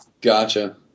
Gotcha